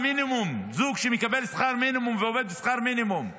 זוג שמקבל שכר מינימום ועובד בשכר מינימום,